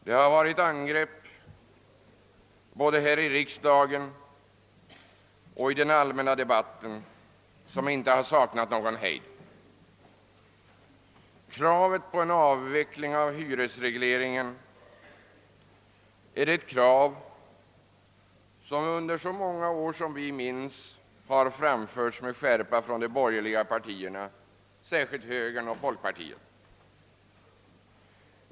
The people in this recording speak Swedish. Dessa angrepp, som har gjorts både här i riksdagen och i den allmänna debatten, har varit utan hejd. Kravet på en avveckling av hyresregleringen har under så många år vi kan minnas framförts med skärpa av de borgerliga partierna, särskilt av högern och folkpartiet.